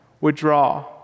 withdraw